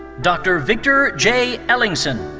dr. victor j. ellingsen.